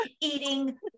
eating